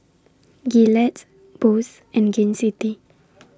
Gillette Bose and Gain City